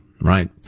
Right